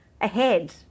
ahead